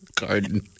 Garden